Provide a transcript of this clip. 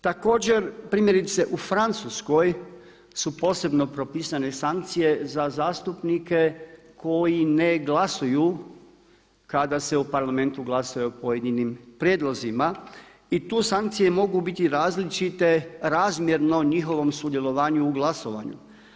Također primjerice u Francuskoj su posebno propisane sankcije za zastupnike koji ne glasuju kada se u parlamentu glasa o pojedinim prijedlozima i tu sankcije mogu biti različite razmjerno njihovom sudjelovanju u glasovanju.